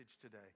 today